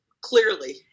clearly